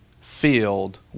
filled